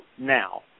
now